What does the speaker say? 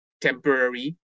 temporary